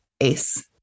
Ace